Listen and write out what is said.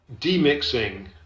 demixing